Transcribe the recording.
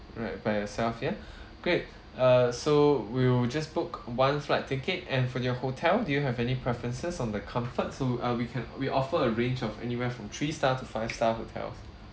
alright by yourself ya great uh so we'll just book one flight ticket and for your hotel do you have any preferences on the comfort so uh we can we offer a range of anywhere from three star to five star hotels